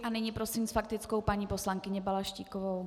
A nyní prosím s faktickou paní poslankyni Balaštíkovou.